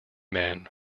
men